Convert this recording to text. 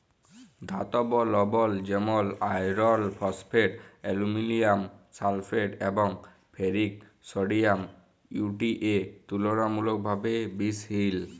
ধাতব লবল যেমল আয়রল ফসফেট, আলুমিলিয়াম সালফেট এবং ফেরিক সডিয়াম ইউ.টি.এ তুললামূলকভাবে বিশহিল